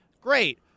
Great